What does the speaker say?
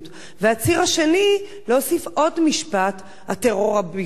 והציר השני, להוסיף עוד משפט, הטרור הביורוקרטי,